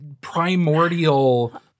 primordial